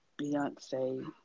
Beyonce